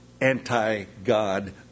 anti-God